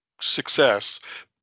success